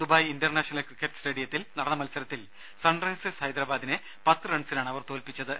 Dubai international cricket സ്റ്റേഡിയത്തിൽ നടന്ന മത്സരത്തിൽ സൺ റൈസേഴ്സ് ഹൈദരാബാദിനെ പത്ത് റൺസിനാണ് അവർ തോൽപ്പിച്ചത്